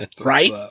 Right